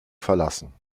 verlassen